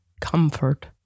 Comfort